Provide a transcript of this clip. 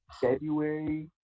February